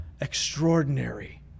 extraordinary